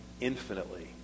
infinitely